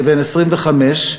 כבן 25,